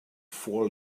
four